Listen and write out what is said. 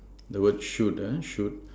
the word shoot uh shoot